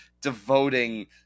devoting